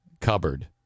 cupboard